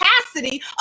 capacity